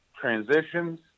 transitions